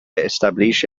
estableix